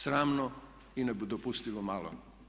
Sramno i nedopustivo malo.